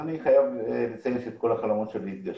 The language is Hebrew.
אני חייב לציין שכל החלומות שלי התגשמו.